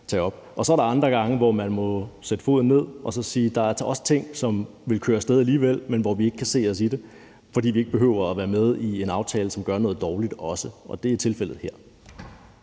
op. Så er der andre gange, hvor man må sætte foden ned og sige, at der altså også er ting, som ville køre af sted alligevel, men som vi ikke kan se os selv i, fordi vi ikke behøver at være med i en aftale, som gør noget dårligt også, og det er tilfældet her.